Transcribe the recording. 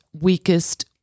weakest